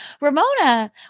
Ramona